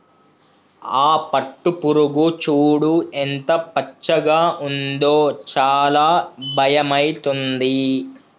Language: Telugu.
ఆ పట్టుపురుగు చూడు ఎంత పచ్చగా ఉందో చాలా భయమైతుంది